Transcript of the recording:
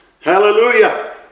Hallelujah